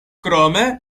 krome